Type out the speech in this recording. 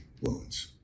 Wounds